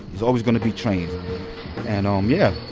it's always gonna be trains and um yeah,